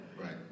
right